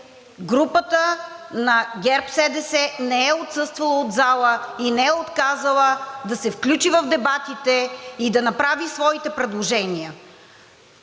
групата на ГЕРБ-СДС не е отсъствала от залата и не е отказала да се включи в дебатите и да направи своите предложения.